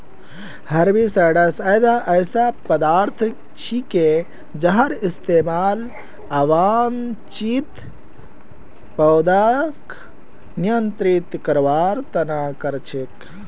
herbicides ऐसा पदार्थ छिके जहार इस्तमाल अवांछित पौधाक नियंत्रित करवार त न कर छेक